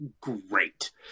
great